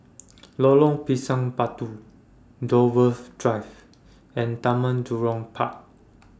Lorong Pisang Batu Dover Drive and Taman Jurong Park